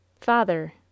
Father